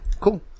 cool